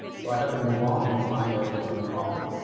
so i had to move on and find a different problem.